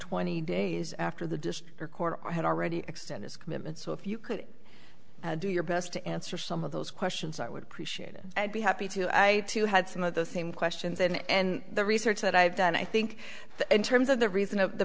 twenty days after the district recorder i had already extend his commitment so if you could do your best to answer some of those questions i would appreciate it i'd be happy to i too had some of those same questions and the research that i've done i think in terms of the